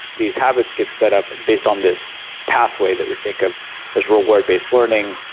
these habits get set up based on this pathway that we think of as reward based learning.